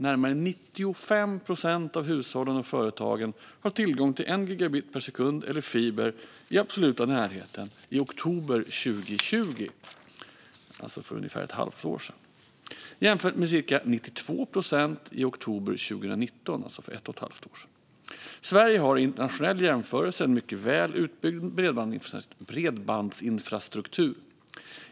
Närmare 95 procent av hushållen och företagen hade tillgång till 1 gigabit per sekund eller fiber i den absoluta närheten i oktober 2020, alltså för ungefär ett halvår sedan, jämfört med cirka 92 procent i oktober 2019, alltså för ett och ett halvt år sedan. Sverige har i en internationell jämförelse en mycket väl utbyggd bredbandsinfrastruktur.